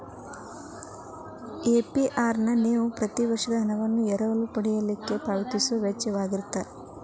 APR ನ ನೇವ ಪ್ರತಿ ವರ್ಷ ಹಣವನ್ನ ಎರವಲ ಪಡಿಲಿಕ್ಕೆ ಪಾವತಿಸೊ ವೆಚ್ಚಾಅಗಿರ್ತದ